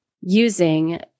using